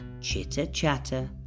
Chitter-chatter